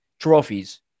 trophies